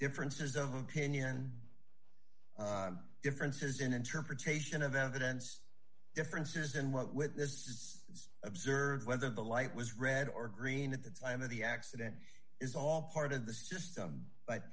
differences of opinion differences in interpretation of evidence differences in what with this is observed whether the light was red or green at the time of the accident is all part of the system but